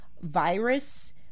virus